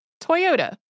Toyota